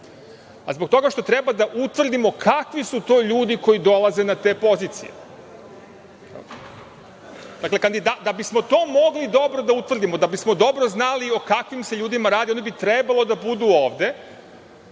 Zbog toga što treba da utvrdimo kakvi su to ljudi koji dolaze na te pozicije. Dakle, da bismo to mogli dobro da utvrdimo, da bismo dobro znali o kakvim se ljudima radi onda bi trebalo da budu ovde